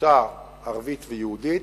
ערבית יהודית.